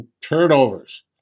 turnovers